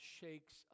shakes